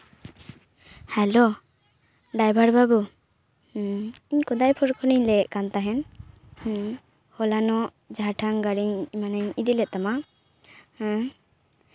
hello driver ᱵᱟᱵᱩ ᱦᱩᱸ ᱤᱧ ᱠᱳᱫᱟᱭᱯᱩᱨ ᱠᱷᱚᱱᱤᱧ ᱞᱟᱹᱭᱮᱫ ᱛᱟᱦᱮᱸᱱ ᱦᱩᱸ ᱦᱚᱞᱟᱱᱚᱜ ᱡᱟᱦᱟᱸᱴᱟᱜ ᱜᱟᱹᱲᱤᱧ ᱢᱟᱱᱮ ᱤᱫᱤᱞᱮᱫ ᱛᱟᱢᱟ ᱦᱩᱸ